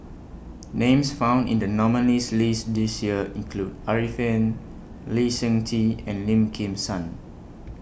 Names found in The nominees' list This Year include Arifin Lee Seng Tee and Lim Kim San